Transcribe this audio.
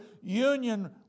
union